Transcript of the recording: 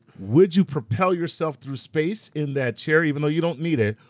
would you propel yourself through space in that chair even though you don't need it,